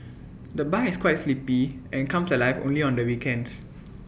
the bar is quite sleepy and comes alive only on the weekends